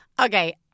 Okay